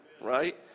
Right